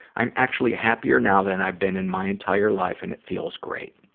i'm actually happier now than i've been in my entire life and it feels great.